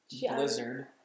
blizzard